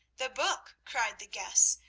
the book! cried the guests.